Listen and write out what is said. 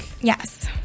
Yes